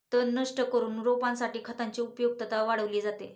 तण नष्ट करून रोपासाठी खतांची उपयुक्तता वाढवली जाते